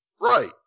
Right